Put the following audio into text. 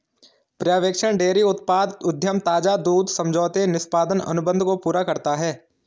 पर्यवेक्षण डेयरी उत्पाद उद्यम ताजा दूध समझौते निष्पादन अनुबंध को पूरा करता है